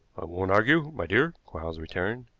won't argue, my dear, quarles returned.